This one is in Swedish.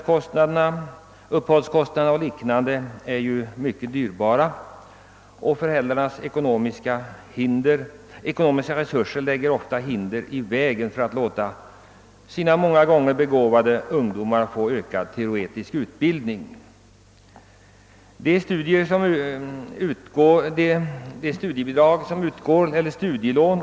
Kostnaderna för uppehälle m.m. är mycket stora och föräldrarnas ekonomiska resurser lägger ofta hinder i vägen för de många gånger begåvade ungdomarna när det gäller att få ökad teoretisk utbildning. Det studielån som utgår till.